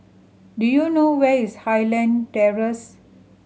do you know where is Highland Terrace